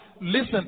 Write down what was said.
Listen